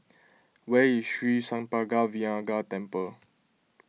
where is Sri Senpaga Vinayagar Temple